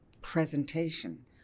presentation